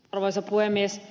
arvoisa puhemies